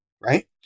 right